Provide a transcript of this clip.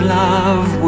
love